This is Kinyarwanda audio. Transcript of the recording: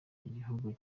gihugu